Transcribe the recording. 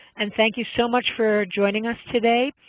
and thank you so much for joining us today.